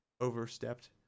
overstepped